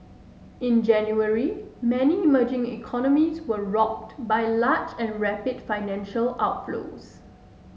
in January many emerging economies were rocked by large and rapid financial outflows